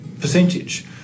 percentage